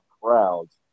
crowds